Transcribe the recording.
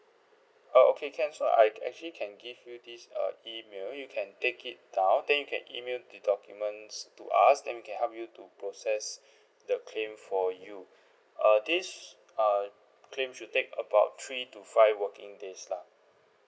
oh okay can so I actually can give you this uh email you can take it down then you can email the documents to us then we can help you to process the claim for you err this uh claim should take about three to five working days lah